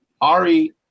Ari